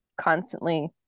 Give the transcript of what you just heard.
constantly